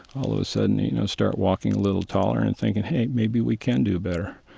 all of a sudden, you know, start walking a little taller and thinking, hey, maybe we can do better